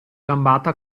gambata